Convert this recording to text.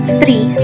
three